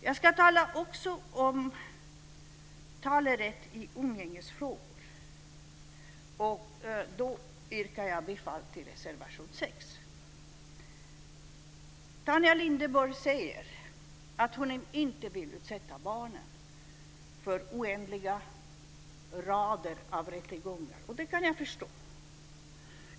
Jag ska också tala om talerätt i umgängesfrågor. Då yrkar jag bifall till reservation 6. Tanja Linderborg säger att hon inte vill utsätta barnen för oändliga rader av rättegångar. Det kan jag förstå.